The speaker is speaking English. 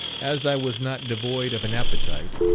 as i was not devoid of an appetite,